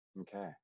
Okay